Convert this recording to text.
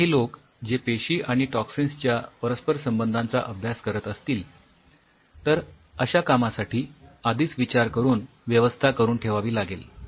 काही लोक जे पेशी आणि टॉक्सिन्सच्या परस्पर संबंधांचा अभ्यास करत असतील तर अश्या कामासाठी आधीच विचार करून व्यवस्था करून ठेवावी लागेल